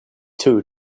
two